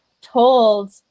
told